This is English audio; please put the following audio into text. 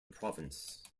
province